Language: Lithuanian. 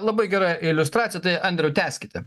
labai gera iliustracija tai andriau tęskite